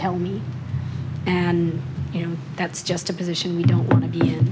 tell me and you know that's just a position we don't want to be